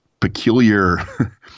peculiar